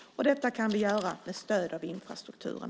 Detta kan vi göra med stöd av infrastrukturen.